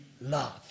love